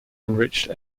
enriched